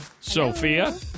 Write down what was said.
Sophia